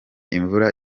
imvura